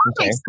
Okay